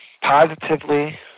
positively